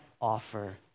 offer